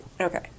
Okay